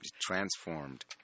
transformed